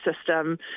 system